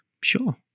sure